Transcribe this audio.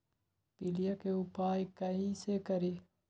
पीलिया के उपाय कई से करी?